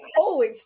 holy